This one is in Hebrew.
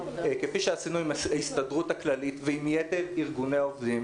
כפי שעשינו עם ההסתדרות הכללית ועם יתר ארגוני העובדים,